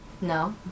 No